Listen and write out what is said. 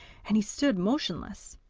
and he stood motionless.